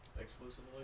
exclusively